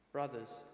Brothers